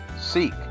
seek